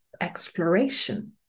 exploration